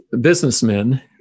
businessmen